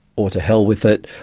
or to hell with it,